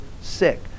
sick